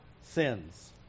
sins